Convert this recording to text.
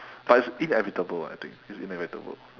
but it's inevitable I think it's inevitable